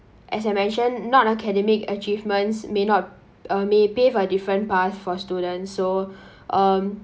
as I mentioned non academic achievements may not uh may pave a different path for student so um